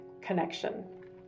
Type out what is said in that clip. connection